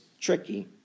tricky